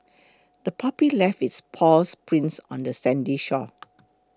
the puppy left its paw prints on the sandy shore